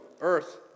earth